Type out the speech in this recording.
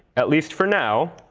at least for now,